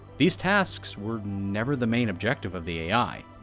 these tasks were never the main objective of the ai,